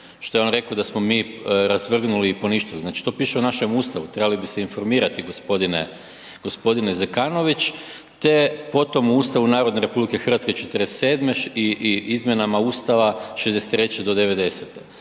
što je on reko da smo mi razvrgnuli i poništili, znači to piše u našem Ustavu. Trebali bi se informirati gospodine Zekanović te potom u Ustavu Narodne Republike Hrvatske '47. i izmjenama Ustava '63. do '90.,